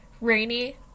Rainy